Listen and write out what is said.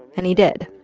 and he did.